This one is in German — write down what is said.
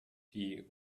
die